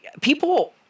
people